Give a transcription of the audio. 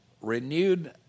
renewed